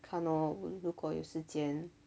看哦如果有时间